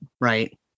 right